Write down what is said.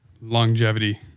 longevity